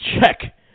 check